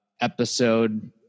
episode